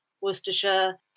Worcestershire